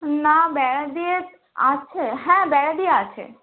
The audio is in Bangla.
না বেড়া দিয়ে আছে হ্যাঁ বেড়া দিয়ে আছে